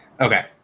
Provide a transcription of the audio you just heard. Okay